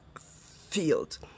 field